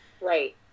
right